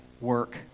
work